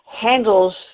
handles